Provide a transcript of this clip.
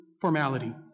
Formality